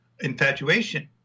infatuation